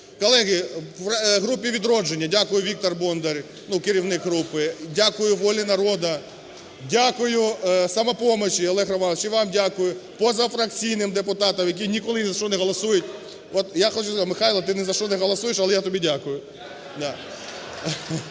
Колеги групи "Відродження", дякую, Віктор Бондар – керівник групи. Дякую "Волі народу". Дякую "Самопомочі", Олег Романович. І вам дякую, позафракційним депутатам, які ніколи ні за що не голосують. От я хочу… Михайло, ти ні за що не голосуєш, але я тобі дякую.